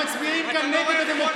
אתם מצביעים כאן נגד הדמוקרטיה,